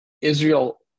Israel